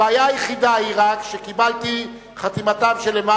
הבעיה היחידה היא רק שקיבלתי חתימתם של יותר